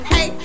Hey